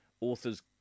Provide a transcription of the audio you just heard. authors